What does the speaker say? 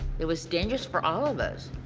it was dangerous for all of us.